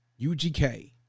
UGK